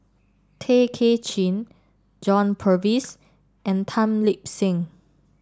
Tay Kay Chin John Purvis and Tan Lip Seng